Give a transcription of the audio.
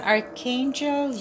Archangel